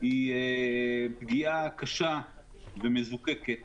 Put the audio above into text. היא פגיעה קשה ומזוקקת